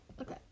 okay